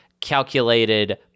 calculated